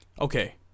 Okay